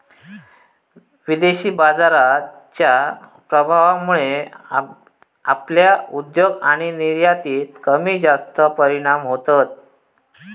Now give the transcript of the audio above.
विदेशी बाजाराच्या प्रभावामुळे आपल्या उद्योग आणि निर्यातीत कमीजास्त परिणाम होतत